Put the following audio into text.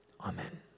Amen